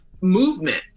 movement